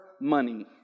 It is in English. money